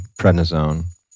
prednisone